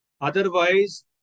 Otherwise